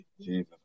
Jesus